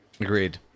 Agreed